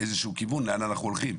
איזה שהוא כיוון לאן אנחנו הולכים.